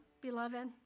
beloved